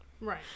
Right